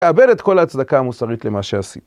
‫העבר את כל ההצדקה המוסרית ‫למה שעשית.